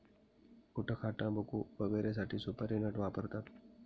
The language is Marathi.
गुटखाटाबकू वगैरेसाठी सुपारी नट वापरतात